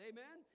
Amen